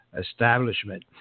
establishment